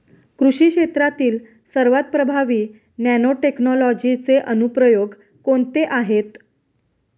कृषी क्षेत्रातील सर्वात प्रभावी नॅनोटेक्नॉलॉजीचे अनुप्रयोग कोणते आहेत?